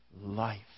life